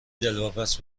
دلواپس